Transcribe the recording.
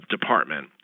Department